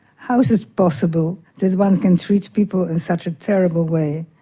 how is it possible that one can treat people in such a terrible way,